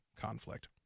conflict